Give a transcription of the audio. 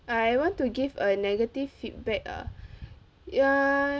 I want to give a negative feedback ah ya